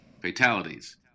fatalities